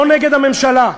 לא נגד הממשלה,